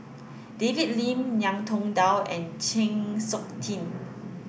David Lim Ngiam Tong Dow and Chng Seok Tin